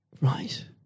Right